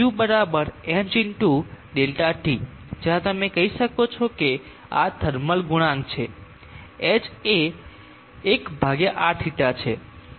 ΔT જ્યાં તમે કહી શકો કે આ થર્મલ ગુણાંક છે h એ 1 rθ છે